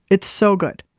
it's so good.